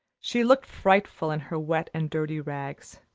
she looked frightful in her wet and dirty rags.